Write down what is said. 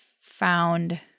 found